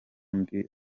mbi